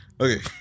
okay